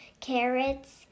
carrots